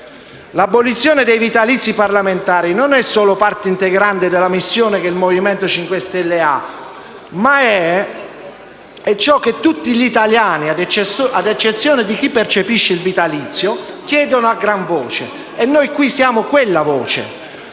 L'abolizione dei vitalizi parlamentari non è solo parte integrante della missione che il Movimento 5 Stelle ha, ma è ciò che tutti gli italiani, ad eccezione di chi percepisce il vitalizio, chiedono a gran voce; e noi qui siamo quella voce.